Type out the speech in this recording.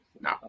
No